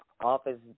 Office